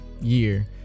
year